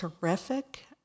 terrific